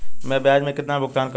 मैं ब्याज में कितना भुगतान करूंगा?